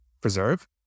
preserve